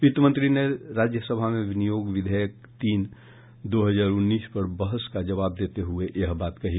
वित्त मंत्री ने राज्यसभा में विनियोग विधेयक तीन दो हजार उन्नीस पर बहस का जवाब देते हुए यह बात कही